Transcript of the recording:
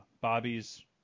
Bobby's